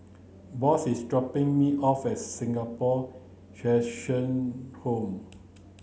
Boss is dropping me off at Singapore Cheshire Home